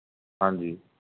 ਹਾਂਜੀ